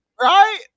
right